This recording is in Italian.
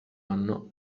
anno